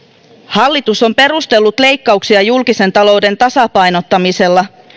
hallitus on perustellut leikkauksia julkisen talouden tasapainottamisella